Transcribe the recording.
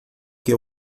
que